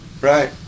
right